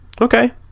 Okay